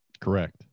Correct